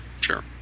sure